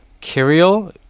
Kirill